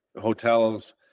hotels